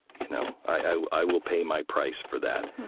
you know i i will pay my price for that